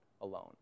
alone